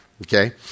okay